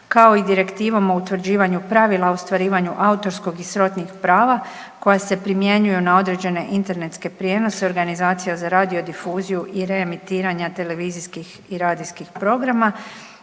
kao i Direktivom o utvrđivanju pravila u ostvarivanju autorskog i srodnih prava koja se primjenjuju na određene internetske prijenose, organizacija za radio-difuziju i reemitiranja televizijskih i radijskih programa,